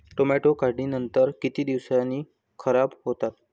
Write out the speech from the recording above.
Tomato काढणीनंतर किती दिवसांनी खराब होतात?